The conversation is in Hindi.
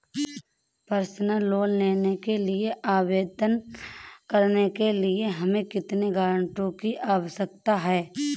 पर्सनल लोंन के लिए आवेदन करने के लिए हमें कितने गारंटरों की आवश्यकता है?